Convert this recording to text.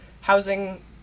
housing